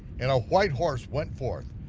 and a white horse went forth,